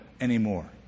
anymore